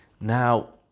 Now